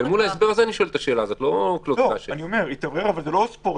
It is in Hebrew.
לפחות בטלוויזיה,